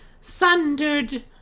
sundered